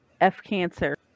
F-Cancer